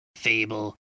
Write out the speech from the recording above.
fable